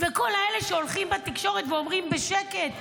וכל אלה שהולכים בתקשורת ואומרים בשקט,